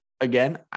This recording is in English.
again